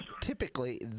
Typically